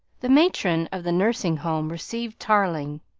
the matron of the nursing home received tarling.